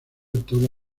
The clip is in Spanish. toda